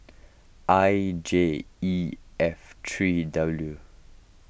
I J E F three W